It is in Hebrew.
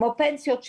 כמו פנסיוניות,